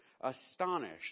astonished